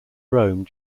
rome